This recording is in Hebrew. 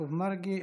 יעקב מרגי.